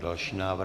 Další návrh.